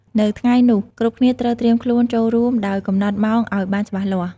នៅថ្ងៃនោះ គ្រប់គ្នាត្រូវត្រៀមខ្លួនចូលរួមដោយកំណត់ម៉ោងអោយបានច្បាស់លាស់ ។